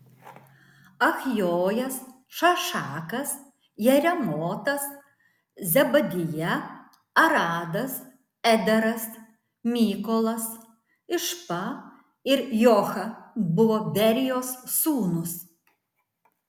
achjojas šašakas jeremotas zebadija aradas ederas mykolas išpa ir joha buvo berijos sūnūs